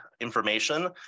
information